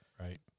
right